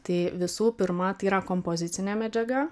tai visų pirma tai yra kompozicinė medžiaga